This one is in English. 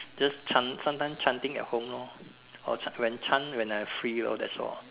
just chant sometimes chanting at home lor or when chant when I free lor that's all